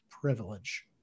privilege